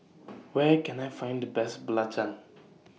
Where Can I Find The Best Belacan